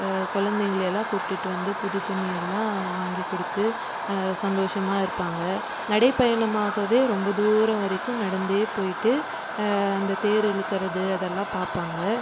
கொழந்தைகள எல்லாம் கூப்டுட்டு வந்து புது துணியெல்லாம் வாங்கி கொடுத்து சந்தோஷமாக இருப்பாங்க நடைபயணமாகவே ரொம்ப தூரம் வரைக்கும் நடத்தே போய்விட்டு அந்த தேர் இழுக்குறது அதெல்லாம் பார்ப்பாங்க